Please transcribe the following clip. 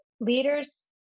leaders